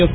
F